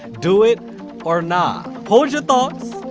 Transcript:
do it or nah? hold your thoughts!